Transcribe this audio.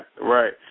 Right